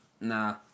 Nah